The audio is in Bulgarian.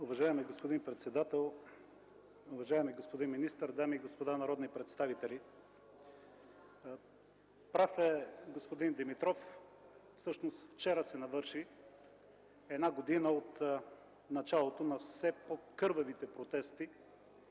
Уважаеми господин председател, уважаеми господин министър, дами и господа народни представители! Прав е господин Димитров – вчера се навърши една година от началото на все по-кървавите протести